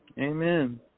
Amen